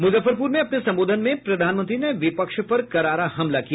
मुजफ्फरपुर में अपने संबोधन में प्रधानमंत्री ने विपक्ष पर करारा हमला किया